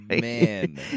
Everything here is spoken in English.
man